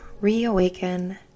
reawaken